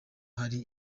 ari